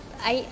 I